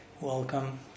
Welcome